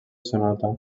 sonata